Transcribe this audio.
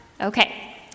Okay